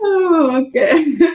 okay